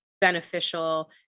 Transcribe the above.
beneficial